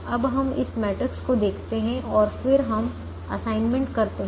अब हम इस मैट्रिक्स को देखते हैं और फिर हम असाइनमेंट करते हैं